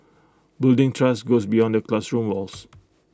building trust goes beyond the classroom walls